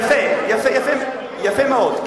יפה מאוד.